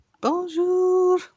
bonjour